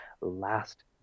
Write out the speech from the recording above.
last